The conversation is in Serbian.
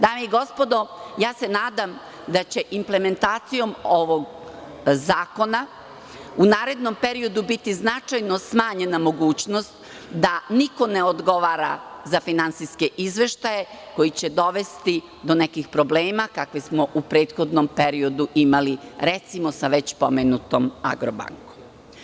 Dame i gospodo nadam se da će implementacijom ovog zakona u narednom periodu biti značajno smanjena mogućnost da niko ne odgovara za finansijske izveštaje koji će dovesti do nekih problema kakvih smo u prethodnom periodu imali, recimo sa već pomenutom "Agrobankom"